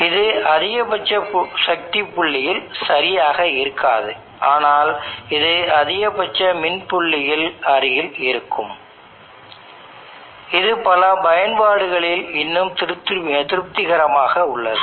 இது அதிகபட்ச சக்தி புள்ளியில் சரியாக இருக்காது ஆனால் இது அதிகபட்ச மின் புள்ளியில் அருகில் இருக்கும் இது பல பயன்பாடுகளில் இன்னும் திருப்திகரமாக உள்ளது